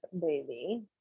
baby